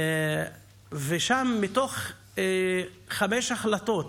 ושם, מתוך חמש החלטות